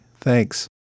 Thanks